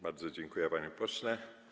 Bardzo dziękuję, panie pośle.